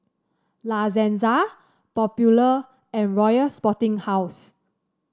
La Senza Popular and Royal Sporting House